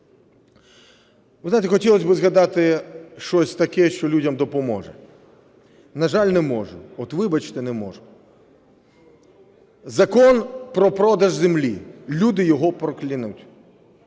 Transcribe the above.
Ви знаєте, хотілося б згадати щось таке, що людям допоможе. На жаль, не можу, от вибачте, не можу. Закон про продаж землі – люди його проклянуть.